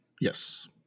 Yes